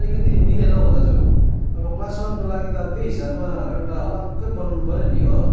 अलिकति मिलेन हौ दाजु अब क्लास वनको लागि त त्यही हिसाबमा एउटा अलगै बनाउनुपऱ्यो नि हो